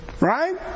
Right